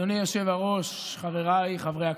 אדוני היושב-ראש, חבריי חברי הכנסת.